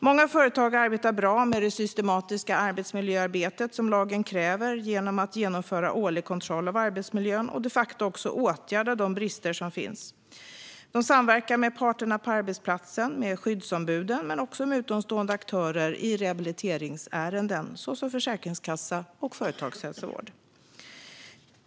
Många företag bedriver på ett bra sätt det systematiska arbetsmiljöarbete som lagen kräver genom att genomföra årlig kontroll av arbetsmiljön och de facto också åtgärda de brister som finns. De samverkar med parterna på arbetsplatsen och med skyddsombuden, men också med utomstående aktörer i rehabiliteringsärenden, såsom försäkringskassa och företagshälsovård.